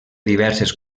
diverses